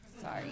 Sorry